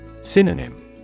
Synonym